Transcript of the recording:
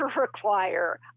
require